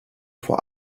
vor